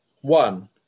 One